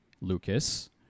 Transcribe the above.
Lucas